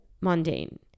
mundane